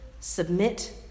Submit